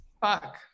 Fuck